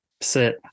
sit